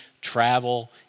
travel